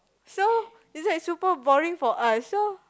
so is that super boring for us so